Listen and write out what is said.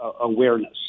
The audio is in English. awareness